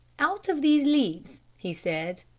out of these leaves, he said,